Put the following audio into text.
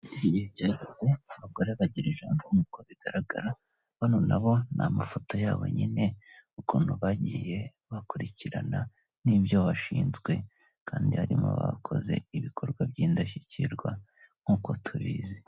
Abagore bagira ijambo nk'uko bigaragara bano na bo ni amafoto yabo nyine ukuntu bagiye bakurikirana n'ibyo bashinzwe kandi harimo abakoze ibikorwa by'indashyikirwa nk'uko tubizi.